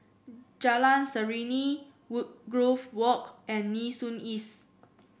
Jalan Serene Woodgrove Walk and Nee Soon East